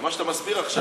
מה שאתה מסביר עכשיו,